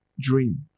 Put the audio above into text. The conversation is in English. dream